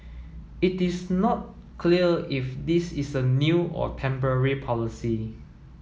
it is not clear if this is a new or temporary policy